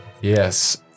Yes